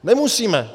Nemusíme!